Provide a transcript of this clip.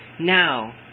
now